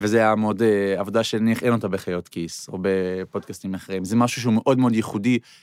וזה היה מאוד עבודה שנניח אין אותה בחיות כיס, או בפודקאסטים אחרים, זה משהו שהוא מאוד מאוד ייחודי.